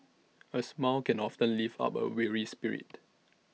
A smile can often lift up A weary spirit